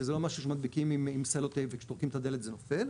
שזה לא משהו שמדביקים עם סלוטייפ וכשטורקים את הדלת זה נופל,